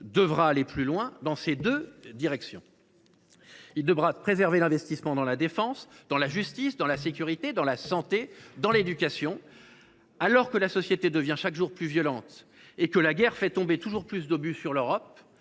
devra être corrigé dans ces deux directions. Il devra également préserver l’investissement dans la défense, dans la justice, dans la sécurité, dans la santé et dans l’éducation. Alors que la société devient chaque jour plus violente et que la guerre fait tomber toujours plus d’obus sur l’Europe,